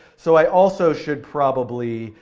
so i also should probably,